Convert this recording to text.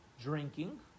drinking